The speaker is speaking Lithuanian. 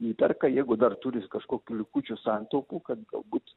įperka jeigu dar turi kažkokių likučių santaupų kad galbūt